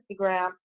Instagram